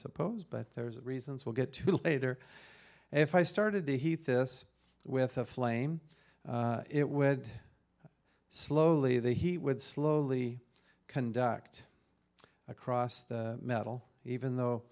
suppose but there's reasons we'll get to later and if i started the heat this with a flame it would slowly that he would slowly conduct across the metal even though